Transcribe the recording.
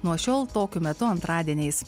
nuo šiol tokiu metu antradieniais